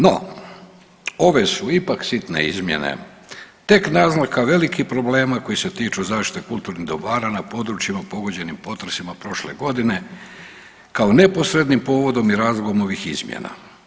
No ove su ipak sitne izmjene tek naznaka velikih problema koji se tiču zaštite kulturnih dobara na područjima pogođenim potresima prošle godine kao neposrednim povodom i razlogom ovih izmjena.